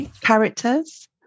characters